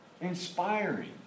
inspiring